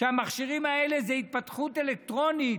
המכשירים האלה זה התפתחות אלקטרונית,